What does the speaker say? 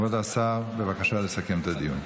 כבוד השר, בבקשה לסכם את הדיון.